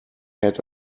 had